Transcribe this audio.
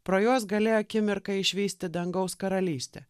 pro juos gali akimirką išvysti dangaus karalystę